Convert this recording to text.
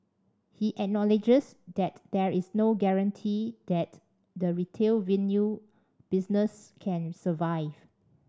he acknowledges that there is no guarantee that the retail business can survive